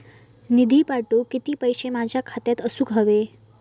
निधी पाठवुक किती पैशे माझ्या खात्यात असुक व्हाये?